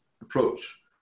approach